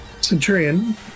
Centurion